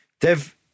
Dev